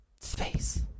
space